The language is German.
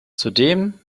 zudem